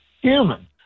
human